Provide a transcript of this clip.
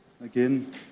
again